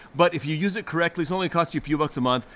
but if you use it correctly, it's only cost you a few bucks a month.